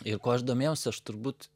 ir kuo aš domėjausi aš turbūt